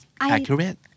accurate